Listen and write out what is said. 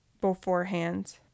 beforehand